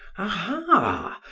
aha!